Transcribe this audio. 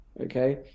Okay